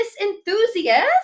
enthusiast